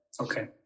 Okay